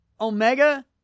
Omega